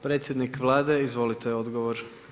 Predsjednik Vlade, izvolite odgovor.